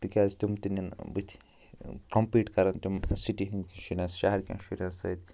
تِکیٛازِ تِم تہِ نِنۍ بُتھِ کَمپُیٖٹ کَرَن تِم سِٹی ہٕنٛدۍ کٮ۪ن شُرٮ۪ن شہرکٮ۪ن شُرٮ۪ن سۭتۍ